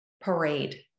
parade